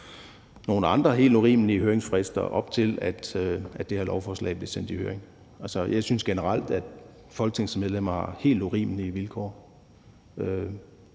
for nogle andre helt urimelige høringsfrister, da det her lovforslag blev sendt i høring. Altså, jeg synes generelt, at folketingsmedlemmer har helt urimelige vilkår.